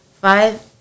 five